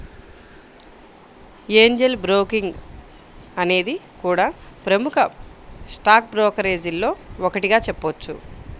Angel Broking అనేది కూడా ప్రముఖ స్టాక్ బ్రోకరేజీల్లో ఒకటిగా చెప్పొచ్చు